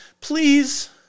Please